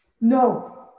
No